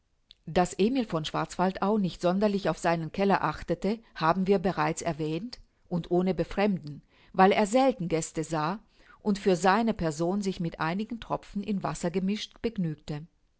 daß emil von schwarzwaldau nicht sonderlich auf seinen keller achtete haben wir bereits erwähnt und ohne befremden weil er selten gäste sah und für seine person sich mit einigen tropfen in wasser gemischt begnügte